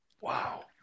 Wow